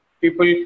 people